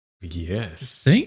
Yes